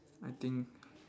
I think